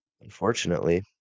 Unfortunately